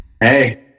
Hey